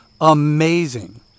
amazing